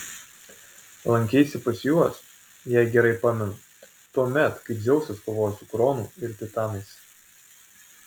lankeisi pas juos jei gerai pamenu tuomet kai dzeusas kovojo su kronu ir titanais